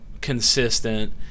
consistent